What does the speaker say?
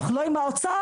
לא עם האוצר,